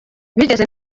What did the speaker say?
bigeze